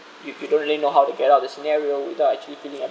you you don't really know how to get out of the scenario without actually feeling